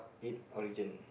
it origin